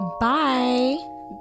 bye